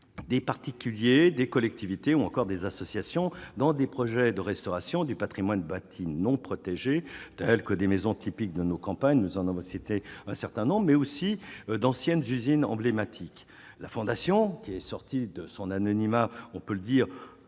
des particuliers, des collectivités ou encore des associations dans des projets de restauration du Patrimoine bâti non protégés, tels que des maisons typiques dans nos campagnes, nous en c'était un certain temps mais aussi d'anciennes usines emblématique, la fondation qui est sorti de son anonymat, on peut le dire